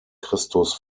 christus